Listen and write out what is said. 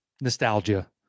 nostalgia